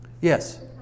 Yes